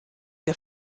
der